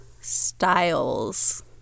styles